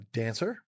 dancer